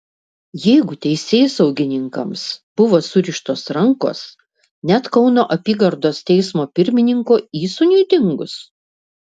jeigu teisėsaugininkams buvo surištos rankos net kauno apygardos teismo pirmininko įsūniui dingus